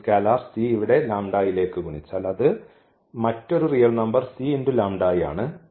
ഈ scalar c ഇവിടെ ലേക്ക് ഗുണിച്ചാൽ അത് മറ്റൊരു റിയൽ നമ്പർ ആണ്